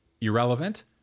irrelevant